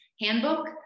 handbook